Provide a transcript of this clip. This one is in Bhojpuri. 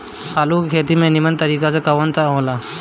आलू के खेती के नीमन तरीका कवन सा हो ला?